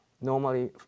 Normally